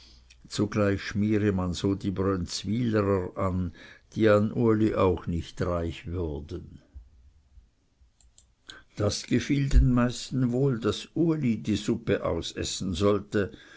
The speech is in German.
zugleich schmiere man so die brönzwylerer an die an uli auch nicht reich werden würden das gefiel den meisten wohl daß uli die suppe ausessen sollte